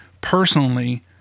personally